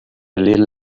little